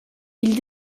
ils